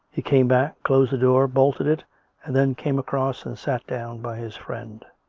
he came back, closed the door, bolted and then came across and sat down by his friend.